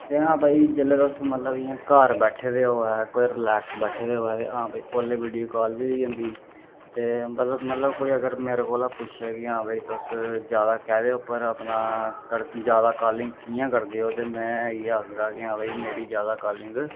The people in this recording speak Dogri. ते हां भाई जिसलै तुस मतलब इ'यां घर बैठे दा होऐ कोई रिलैक्स बैठे दा होऐ ते हां बाई उल्लै वीडियो कॉल बी होई जंदी ते मतलब मतलब कोई मेरै कोला पुच्छै कि हां भाई तुस जादा कैह्दे उप्पर अपना जादा कालिंग कि'यां करदे ओ ते में इ'यै आखगा कि हां भाई मेरी जादा कालिंग